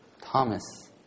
Thomas